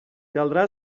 caldrà